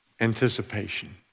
anticipation